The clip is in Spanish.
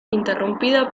interrumpida